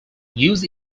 use